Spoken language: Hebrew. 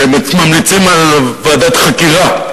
שממליצים על ועדת חקירה.